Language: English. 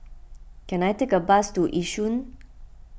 can I take a bus to Yishun